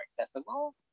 accessible